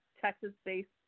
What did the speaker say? Texas-based